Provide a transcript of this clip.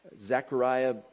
Zechariah